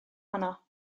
honno